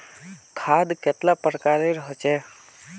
खाद कतेला प्रकारेर होचे?